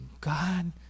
God